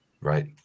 Right